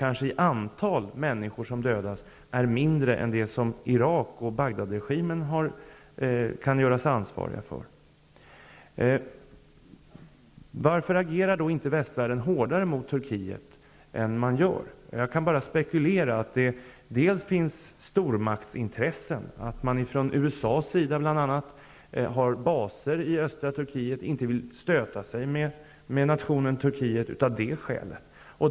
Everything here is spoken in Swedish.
Antalet människor som dödas är kanske mindre än vad Irak och Bagdadregimen kan göras ansvariga för. Varför agerar inte västvärlden hårdare mot Turkiet än vad man gör? Jag kan bara spekulera i att det finns stormaktsintressen och att bl.a. USA har baser i östra Turkiet. Man vill inte stöta sig med nationen Turkiet av det skälet.